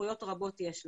זכויות רבות יש לה.